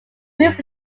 group